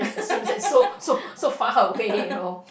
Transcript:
assume that's so so so far away you know